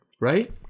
right